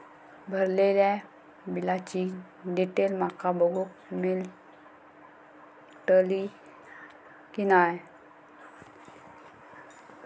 भरलेल्या बिलाची डिटेल माका बघूक मेलटली की नाय?